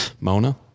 Mona